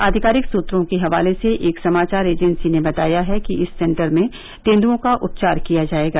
आधिकारिक सूत्रों के हवाले से एक समाचार एजेंसी ने बताया है कि इस सेंटर में तेंदुओं का उपचार किया जायेगा